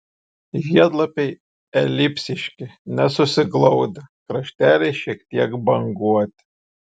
žiedlapiai elipsiški nesusiglaudę krašteliai šiek tiek banguoti